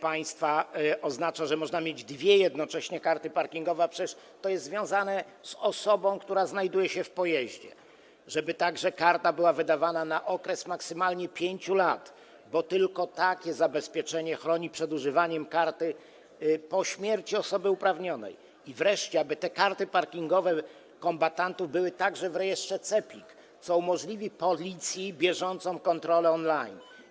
państwa oznacza, że można mieć jednocześnie dwie karty parkingowe, a przecież to jest związane z osobą, która znajduje się w pojeździe - a także żeby karta była wydawana na okres maksymalnie 5 lat, bo tylko takie zabezpieczenie chroni przed używaniem karty po śmierci osoby uprawnionej, i wreszcie żeby te karty parkingowe kombatantów były także w rejestrze CEPiK, co umożliwi policji bieżącą kontrolę on-line.